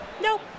Nope